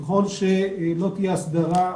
ככול שלא תהייה הסדרה,